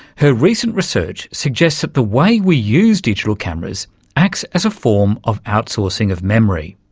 her recent research suggests that the way we use digital cameras acts as a form of outsourcing of memory.